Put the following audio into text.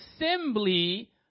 assembly